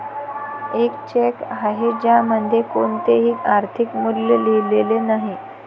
एक चेक आहे ज्यामध्ये कोणतेही आर्थिक मूल्य लिहिलेले नाही